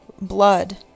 blood